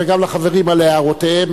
וגם לחברים על הערותיהם.